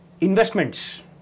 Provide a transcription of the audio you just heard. Investments